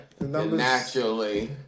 Naturally